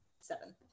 seven